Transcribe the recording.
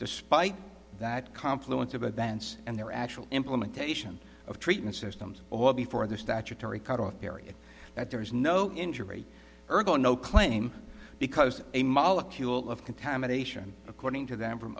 despite that confluence of events and their actual implementation of treatment systems all before the statutory cutoff area that there is no injury ergo no claim because a molecule of contamination according to them from